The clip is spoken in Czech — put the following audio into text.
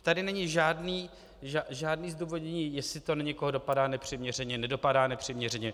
Tady není žádné zdůvodnění, jestli to na někoho dopadá nepřiměřeně, nedopadá nepřiměřeně.